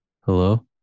Hello